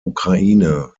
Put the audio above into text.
ukraine